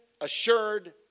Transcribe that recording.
assured